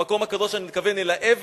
המקום הקדוש אני מתכוון לאבן,